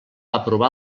aprovar